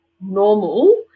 normal